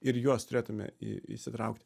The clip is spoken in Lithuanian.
ir juos turėtume įsitraukti